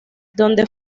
donde